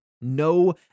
No